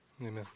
amen